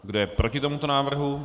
Kdo je proti tomuto návrhu?